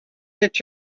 that